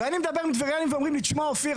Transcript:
ואני מדבר עם טבריינים ואומרים לי תשמע אופיר,